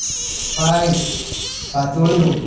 पायस पातोळ्यो